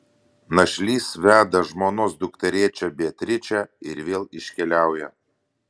našlys veda žmonos dukterėčią beatričę ir vėl iškeliauja